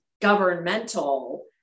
governmental